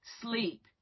sleep